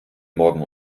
morgen